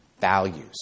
values